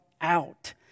out